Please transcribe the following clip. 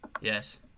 Yes